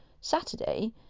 Saturday